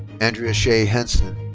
andrea shea henson.